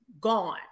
gone